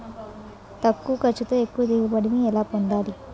తక్కువ ఖర్చుతో ఎక్కువ దిగుబడి ని ఎలా పొందాలీ?